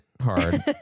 hard